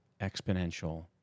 exponential